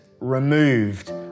removed